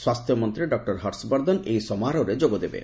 ସ୍ୱାସ୍ଥ୍ୟମନ୍ତ୍ରୀ ଡକ୍ଟର ହର୍ଷବର୍ଦ୍ଧନ ଏହି ସମାରୋହରେ ଯୋଗଦେବେ